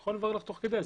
אני יכול לברר לך תוך כדי,